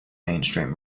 mainstream